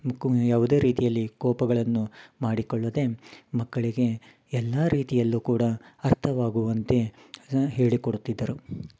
ಯಾವುದೇ ರೀತಿಯಲ್ಲಿ ಕೋಪಗಳನ್ನು ಮಾಡಿಕೊಳ್ಳದೆ ಮಕ್ಕಳಿಗೆ ಎಲ್ಲಾ ರೀತಿಯಲ್ಲೂ ಕೂಡ ಅರ್ಥವಾಗುವಂತೆ ಅದನ್ನ ಹೇಳಿಕೊಡುತ್ತಿದ್ದರು